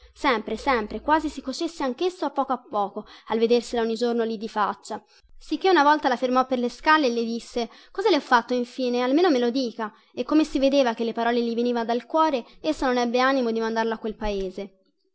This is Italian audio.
sempre sempre quasi si cocesse anchesso a poco a poco al vedersela ogni giorno lì di faccia sicchè una volta la fermò per le scale e le disse cosa le ho fatto infine almeno me lo dica e come si vedeva che le parole gli venivan dal cuore essa non ebbe animo di mandarlo a quel paese